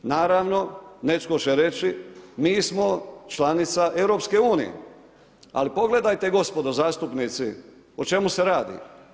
Naravno, netko će reći mi smo članica EU-a, ali pogledajte gospodo zastupnici o čemu se radi.